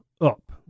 up